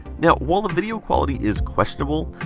now, while the video quality is questionable,